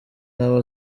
nawe